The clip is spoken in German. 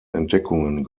entdeckungen